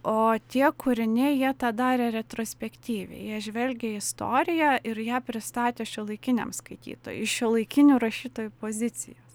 o tie kūriniai jie tą darė retrospektyviai jie žvelgė į istoriją ir ją pristatė šiuolaikiniam skaitytojui iš šiuolaikinių rašytojų pozicijos